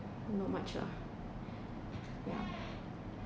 not much lah yeah